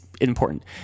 important